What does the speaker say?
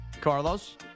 Carlos